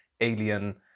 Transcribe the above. alien